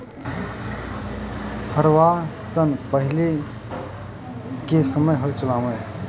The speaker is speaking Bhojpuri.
हरवाह सन पहिले के समय हल चलावें